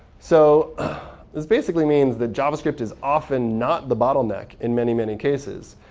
so this basically means that javascript is often not the bottleneck in many, many cases.